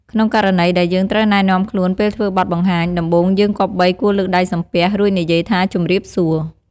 ក្នុងករណីដែលយើងត្រូវណែនាំខ្លួនពេលធ្វើបទបង្ហាញ ដំបូងយើងគម្បីគួរលើកដៃសំពះ រួចនិយាយថាជំរាបសួរ។